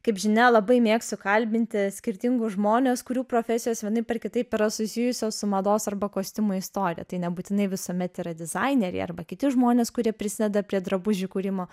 kaip žinia labai mėgstu kalbinti skirtingus žmones kurių profesijos vienaip ar kitaip yra susijusios su mados arba kostiumo istorija tai nebūtinai visuomet yra dizaineriai arba kiti žmonės kurie prisideda prie drabužių kūrimo